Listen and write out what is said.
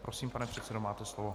Prosím, pane předsedo, máte slovo.